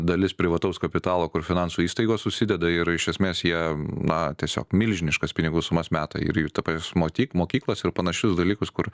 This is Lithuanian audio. dalis privataus kapitalo kur finansų įstaigos susideda ir iš esmės jie na tiesiog milžiniškas pinigų sumas meta ir jų į tas pačias mokyklas ir panašius dalykus kur